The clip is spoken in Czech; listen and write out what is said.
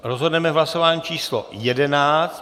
Rozhodneme hlasováním číslo 11.